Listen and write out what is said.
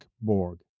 Borg